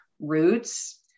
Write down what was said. roots